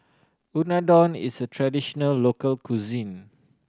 unadon is a traditional local cuisine